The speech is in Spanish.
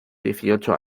dieciocho